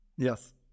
Yes